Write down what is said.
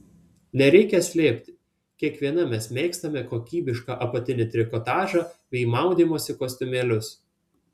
nereikia slėpti kiekviena mes mėgstame kokybišką apatinį trikotažą bei maudymosi kostiumėlius